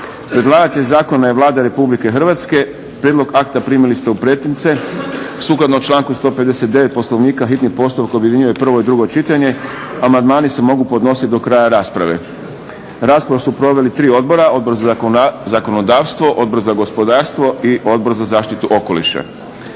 Predlagatelj zakona je Vlada Republike Hrvatske. Prijedlog akta primili ste u pretince. Sukladno članku 159. Poslovnika hitni postupak objedinjuje prvo i drugo čitanje. Amandmani se mogu podnosit do kraja rasprave. Raspravu su proveli tri odbora: Odbor za zakonodavstvo, Odbor za gospodarstvo i Odbor za zaštitu okoliša.